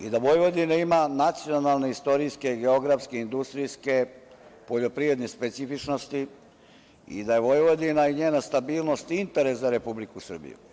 I, da Vojvodina ima nacionalne, istorijske, geografske, industrijske poljoprivredne specifičnosti i da je Vojvodina i njena stabilnost interes za Republiku Srbiju.